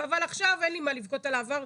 אבל עכשיו אין לי מה לבכות על העבר,